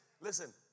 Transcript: listen